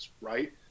right